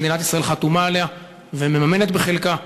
שמדינת ישראל חתומה עליה ומממנת את חלקה.